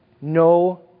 No